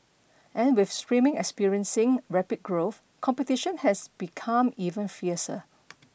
and with streaming experiencing rapid growth competition has become even fiercer